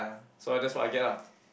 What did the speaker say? so that's what I get lah